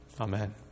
Amen